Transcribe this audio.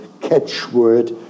catchword